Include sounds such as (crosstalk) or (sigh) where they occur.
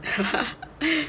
(laughs)